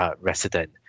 resident